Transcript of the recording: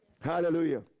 Hallelujah